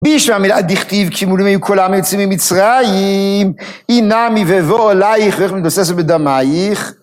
בשלמא מילה דכתיב כי מולים היו כל העם היוצאים ממצרים. אי נמי ואבוא עלייך ואראיך מתבוססת בדמייך.